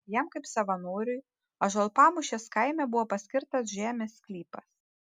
jam kaip savanoriui ąžuolpamūšės kaime buvo paskirtas žemės sklypas